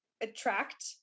attract